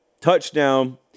touchdown